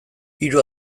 hiru